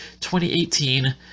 2018